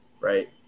right